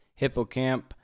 Hippocamp